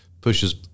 pushes